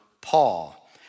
Paul